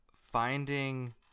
finding